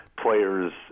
players